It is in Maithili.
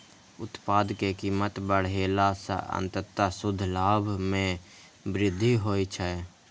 उत्पाद के कीमत बढ़ेला सं अंततः शुद्ध लाभ मे वृद्धि होइ छै